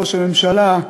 ראש הממשלה,